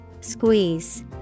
Squeeze